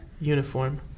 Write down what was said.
uniform